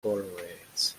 glorious